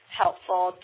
helpful